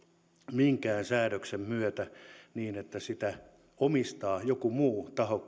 minkään säädöksen myötä niin että sitä omistaa joku muu taho